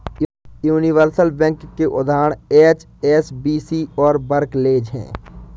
universal bank के उदाहरण HSBC और बार्कलेज हैं